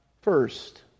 first